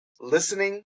listening